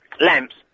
Lamps